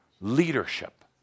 leadership